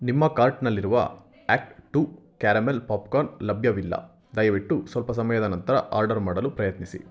ನಿಮ್ಮ ಕಾರ್ಟ್ನಲ್ಲಿರುವ act two caramel popcorn ಲಭ್ಯವಿಲ್ಲ ದಯವಿಟ್ಟು ಸ್ವಲ್ಪ ಸಮಯದ ನಂತರ ಆರ್ಡರ್ ಮಾಡಲು ಪ್ರಯತ್ನಿಸಿ